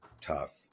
tough